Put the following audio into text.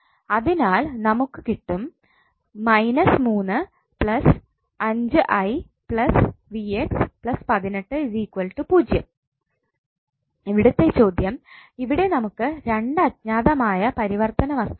അതിനാൽ നമുക്ക് കിട്ടും ഇവിടുത്തെ ചോദ്യം ഇവിടെ നമുക്ക് 2 അജ്ഞാതമായ പരിവർത്തിതവസ്തുക്കൾ ഉണ്ട്